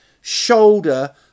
shoulder